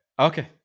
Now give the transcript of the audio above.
okay